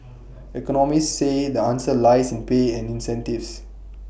economists say the answer lies in pay and incentives